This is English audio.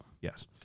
yes